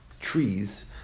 trees